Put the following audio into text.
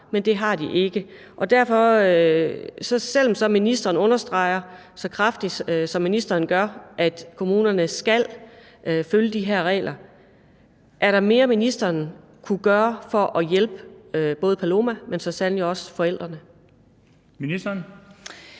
og det har de ikke, og selv om ministeren understreger så kraftigt, som ministeren gør, at kommunerne skal følge de her regler, er der så mere, ministeren kunne gøre for at hjælpe både Paloma, men så sandelig også forældrene?